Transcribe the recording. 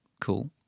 cool